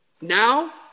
now